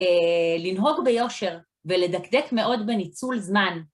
לנהוג ביושר ולדקדק מאוד בניצול זמן.